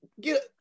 get